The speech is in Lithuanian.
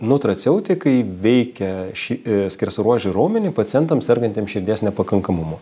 nutraceutikai veikia šį skersaruožį raumenį pacientam sergantiem širdies nepakankamumu